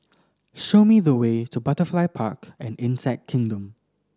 show me the way to Butterfly Park and Insect Kingdom